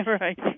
Right